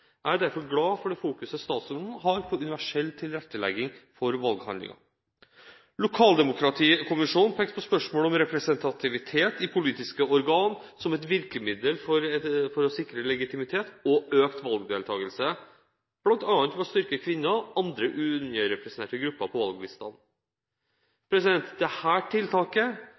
Jeg er derfor glad for det fokuset statsråden har på universell tilrettelegging for valghandlingene. Lokaldemokratikommisjonen pekte på spørsmålet om representativitet i politiske organ som et virkemiddel for å sikre legitimitet og økt valgdeltakelse, bl.a. ved å styrke kvinner og andre underrepresenterte grupper på